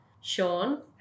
Sean